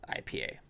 IPA